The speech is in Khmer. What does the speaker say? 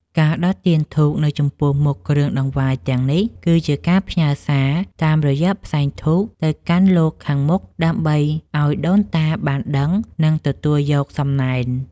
ការដុតទៀនធូបនៅចំពោះមុខគ្រឿងដង្វាយទាំងនេះ គឺជាការផ្ញើសារតាមរយៈផ្សែងធូបទៅកាន់លោកខាងមុខដើម្បីឱ្យដូនតាបានដឹង និងទទួលយកសំណែន។